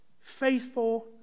faithful